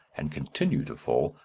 and continue to fall,